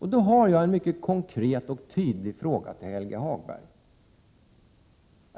Jag har därför en mycket konkret och tydlig fråga till Helge Hagberg.